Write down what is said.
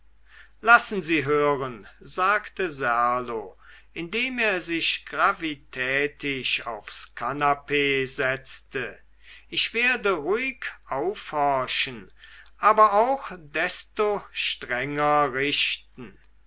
lassen sie hören sagte serlo indem er sich gravitätisch aufs kanapee setzte ich werde ruhig aufhorchen aber auch desto strenger richten